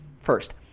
First